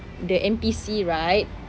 the N_P_C right